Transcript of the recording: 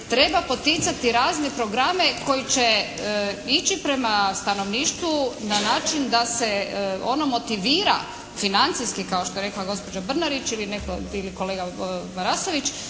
treba poticati razne programe koji će ići prema stanovništvu na način da se ono motivira financijski kao što je rekla gospođa Brnarić ili netko ili kolega Marasović.